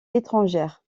étrangère